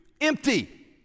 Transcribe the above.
empty